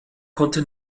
konnte